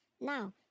Now